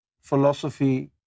philosophy